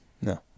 No